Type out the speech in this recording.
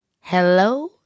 hello